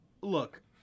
Look